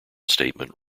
statement